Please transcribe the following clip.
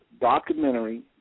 documentary